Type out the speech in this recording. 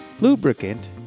Lubricant